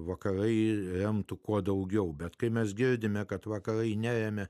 vakarai remtų kuo daugiau bet kai mes girdime kad vakarai neėmė